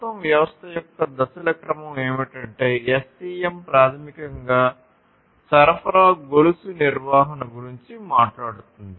మొత్తం వ్యవస్థ యొక్క దశల క్రమం ఏమిటంటే SCM ప్రాథమికంగా సరఫరా గొలుసు నిర్వహణ గురించి మాట్లాడుతుంది